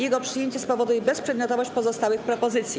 Jego przyjęcie spowoduje bezprzedmiotowość pozostałych propozycji.